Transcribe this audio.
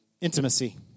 Intimacy